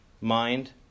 mind